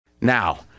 Now